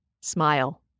Smile